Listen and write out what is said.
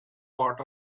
part